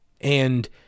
and-